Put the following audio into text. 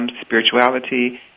spirituality